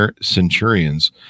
centurions